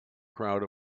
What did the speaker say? crowd